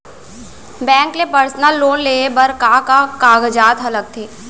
Bank ले personal loan लेये बर का का कागजात ह लगथे?